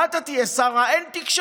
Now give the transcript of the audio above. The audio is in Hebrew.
מה תהיה, שר ה"אין תקשורת"?